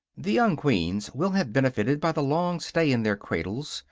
the young queens will have benefited by the long stay in their cradles,